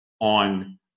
on